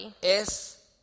es